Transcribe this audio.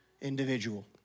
individual